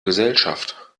gesellschaft